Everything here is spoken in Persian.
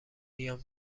بیام